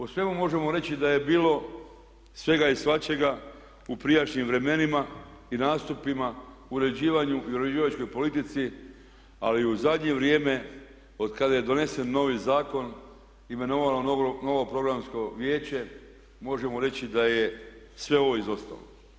O svemu možemo reći da je bilo svega i svačega u prijašnjim vremenima i nastupima, uređivanju i uređivačkoj politici ali u zadnje vrijeme otkada je donesen novi zakon, imenovano novo Programsko vijeće možemo reći da je sve ovo izostalo.